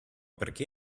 perché